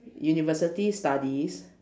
university studies